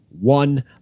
one